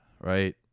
right